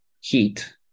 heat